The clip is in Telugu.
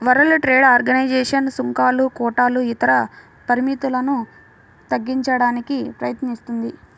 వరల్డ్ ట్రేడ్ ఆర్గనైజేషన్ సుంకాలు, కోటాలు ఇతర పరిమితులను తగ్గించడానికి ప్రయత్నిస్తుంది